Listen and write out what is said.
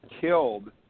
killed